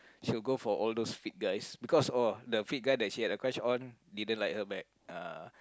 she will go for all those fit guys because oh the fit guy that she had a crush on didn't like her back ah